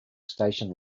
station